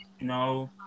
No